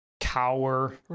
cower